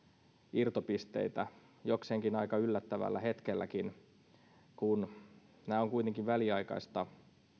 irtopisteitä jokseenkin aika yllättävällä hetkelläkin tämä on kuitenkin väliaikaista